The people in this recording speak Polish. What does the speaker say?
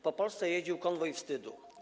Po Polsce jeździł konwój wstydu.